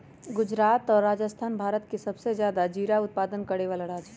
गुजरात और राजस्थान भारत के सबसे ज्यादा जीरा उत्पादन करे वाला राज्य हई